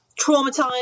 traumatized